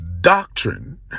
doctrine